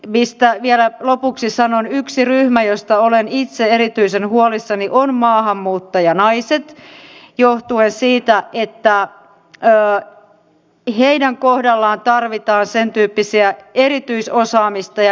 niistä vielä lopuksi sanon yksi ryhmä josta olen lisäksi valiokunta ehdottaa lausumaa jossa edellytetään että seuraavassa julkisen talouden suunnitelmassa ja